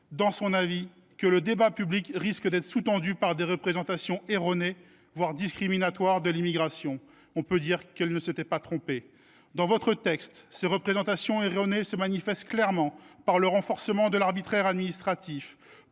inquiéter, que « le débat public risqu[ait] […] d’être sous tendu par des représentations erronées, voire discriminatoires, de l’immigration ». On peut dire qu’elle ne s’était pas trompée… Dans votre texte, monsieur le ministre, ces représentations erronées se manifestent clairement par le renforcement de l’arbitraire administratif.